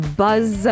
buzz